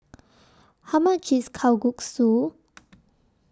How much IS Kalguksu